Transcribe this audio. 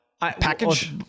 package